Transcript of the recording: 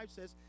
says